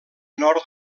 nord